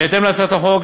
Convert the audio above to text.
בהתאם להצעת החוק,